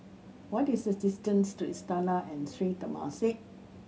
what is the distance to Istana and Sri Temasek